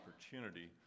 opportunity